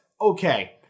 Okay